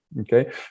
Okay